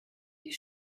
die